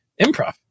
improv